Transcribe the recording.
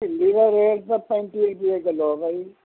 ਭਿੰਡੀ ਦਾ ਰੇਟ ਤਾਂ ਪੈਂਤੀ ਰੁਪਏ ਕਿੱਲੋ ਹੈ ਭਾਈ